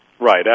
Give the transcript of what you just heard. Right